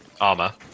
armor